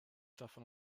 davon